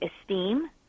esteem